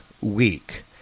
week